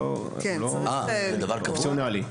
לא ידעתי.